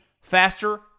faster